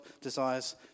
desires